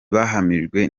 bahamijwe